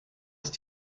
ist